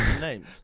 names